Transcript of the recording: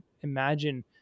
imagine